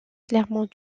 clairement